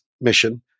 mission